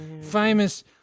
famous